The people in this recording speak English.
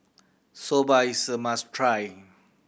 soba is a must try